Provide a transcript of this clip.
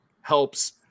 helps